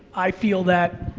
i feel that,